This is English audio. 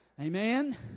Amen